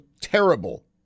terrible